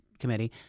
Committee